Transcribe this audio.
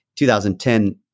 2010